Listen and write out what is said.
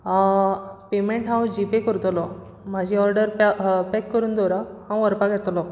आं पेयमेंट हांव G pay करतलों म्हजी ऑर्डर पेक करून दवरा हांव व्हरपाक येतलों